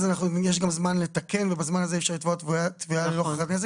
יש גם זמן לתקן ובזמן הזה אי אפשר לתבוע תביעה ייצוגית.